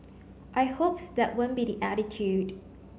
I hope that won't be the attitude